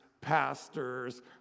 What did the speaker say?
pastors